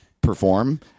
perform